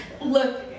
look